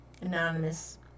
anonymous